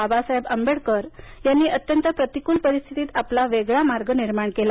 बाबासाहेब आंबेडकर यांनी अत्यंत प्रतिकूल परिस्थितीत आपला वेगळा मार्ग निर्माण केला